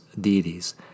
deities